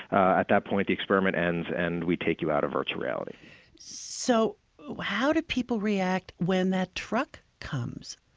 at that point the experiment ends and we take you out of virtual reality so how do people react when that truck comes?